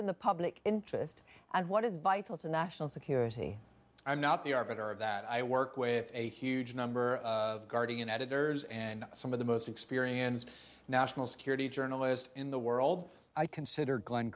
in the public interest and what is vital to national security i'm not the arbiter of that i work with a huge number of guardian editors and some of the most experienced national security journalist in the world i consider glen